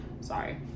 sorry